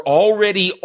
already